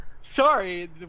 Sorry